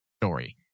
story